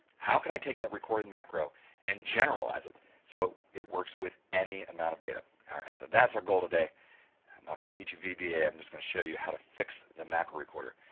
how can i take that recorded macro and generalize it so it works with any amount of data? alright, so, that's our goal today i'm not going to teach you vba i'm just going to show you how to fix the macro recorder.